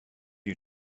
you